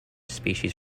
species